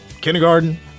kindergarten